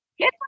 Get